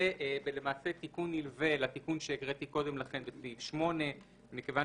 זה תיקון נלווה לתיקון שהקראתי קודם לכן בסעיף 8. מכיוון